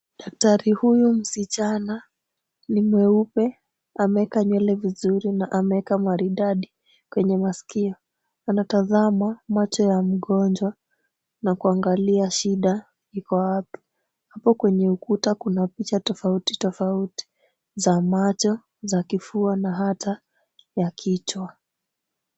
Daktari huyu msichana ni mweupe, ameeka nywele vizuri na ameeka maridadi kwenye masikio. Anatazama macho ya mgonjwa na kuangalia shida iko wapi. Hapo kwenye ukuta kuna picha tofauti tofauti za macho, za kifua na hata ya kichwa.